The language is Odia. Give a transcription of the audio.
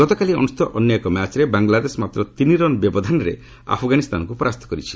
ଗତକାଲି ଅନୁଷ୍ଠିତ ଅନ୍ୟ ଏକ ମ୍ୟାଚ୍ରେ ବାଙ୍ଗଲାଦେଶ ମାତ୍ର ତିନିରନ୍ ବ୍ୟବଧାନରେ ଆଫ୍ଗାନିସ୍ତାନକୁ ପରାସ୍ତ କରିଛି